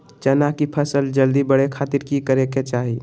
चना की फसल जल्दी बड़े खातिर की करे के चाही?